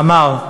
אמר: